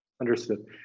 understood